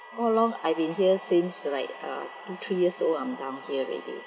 all along I've been here since like uh two three years old I'm down here already